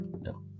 No